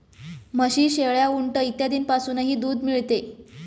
म्हशी, शेळ्या, उंट इत्यादींपासूनही दूध मिळते